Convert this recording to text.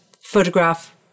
photograph